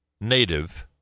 native